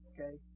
Okay